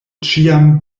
ĉiam